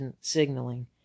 signaling